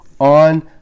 on